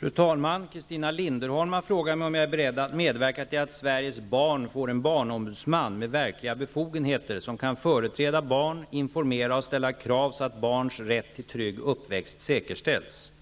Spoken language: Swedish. Fru talman! Christina Linderholm har frågat mig om jag är beredd att medverka till att Sveriges barn får en barnombudsman, med verkliga befogenheter, som kan företräda barn, informera och ställa krav så att barns rätt till trygg uppväxt säkerställs.